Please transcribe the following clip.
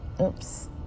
Oops